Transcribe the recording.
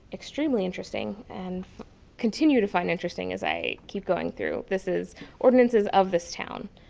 extremely interesting and continue to find interesting as i keep going through. this is ordinances of this town.